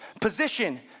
position